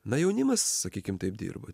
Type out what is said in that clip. na jaunimas sakykim taip dirbo